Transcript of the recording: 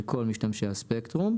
לכל משתמשי הספקטרום,